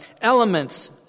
elements